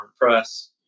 press